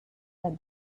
that